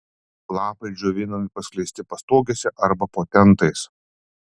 lapai džiovinami paskleisti pastogėse arba po tentais